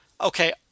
Okay